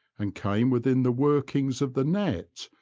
and came within the workings of the net,